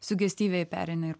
sugestyviai perėmė ir